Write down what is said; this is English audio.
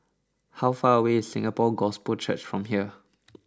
how far away is Singapore Gospel Church from here